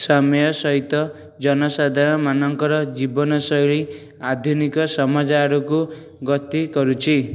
ସମୟ ସହିତ ଜନସାଧାରଣ ମାନଙ୍କର ଜୀବନଶୈଳୀ ଆଧୁନିକ ସମାଜ ଆଡ଼କୁ ଗତି କରୁଛି